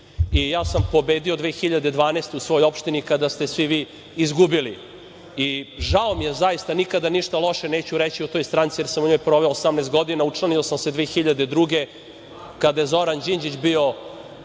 Ja sam pobedio 2012. godine u svojoj opštini kada ste vi izgubili. Žao mi je zaista i nikada ništa loše neću reći o toj stranci, jer u njoj proveo 18 godina. Učlanio sam se 2002. godine kada je Zoran Đinđić bio